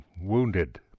wounded